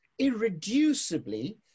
irreducibly